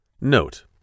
Note